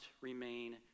remain